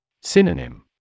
Synonym